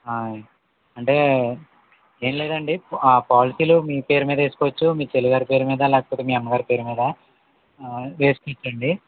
అంటే ఏం లేదండి ఆ పాలసీలు మీ పేరు మీద వేసుకోవచ్చు మీ చెల్లి గారి పేరు మీద లేకపోతే మీ అమ్మ గారి పేరు మీద వేసుకోవచ్చండి